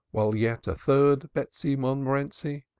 while yet a third betsy montmorenci,